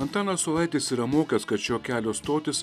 antanas saulaitis yra mokęs kad šio kelio stotis